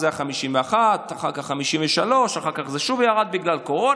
בדיוק, בדיוק.